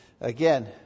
Again